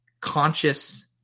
conscious